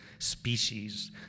species